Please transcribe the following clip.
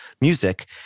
music